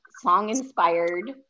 song-inspired